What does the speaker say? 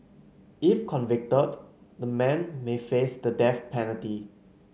if convicted the men may face the death penalty